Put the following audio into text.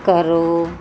ਕਰੋ